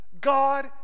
God